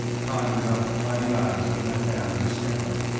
conjured up by the eyes of madame de stamer.